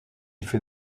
fait